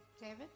David